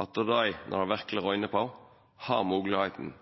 at dei, når det verkeleg røyner på, har